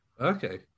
Okay